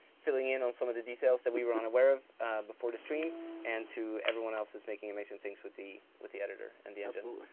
filling in on some of the details that we were unaware of before the stream and to everyone else that's making amazing things with the with the editor and the engine.